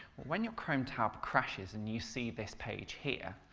when your chrome tab crashes and you see this page here,